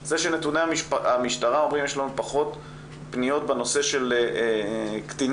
זה שנתוני המשטרה אומרים שיש פחות פניות בנושא של קטינים,